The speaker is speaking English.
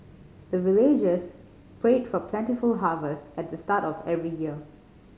the villagers pray for plentiful harvest at the start of every year